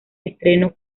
estreno